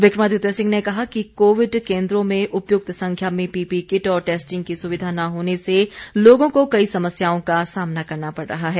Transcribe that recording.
विक्रमादित्य सिंह ने कहा कि कोविड केंद्रों में उपयुक्त संख्या में पीपीई किट और टेस्टिंग की सुविधा न होने से लोगों को कई समस्याओं का सामना करना पड़ रहा है